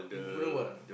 um golden ball ah